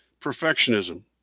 perfectionism